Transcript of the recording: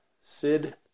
Sid